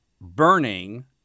burning